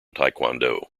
taekwondo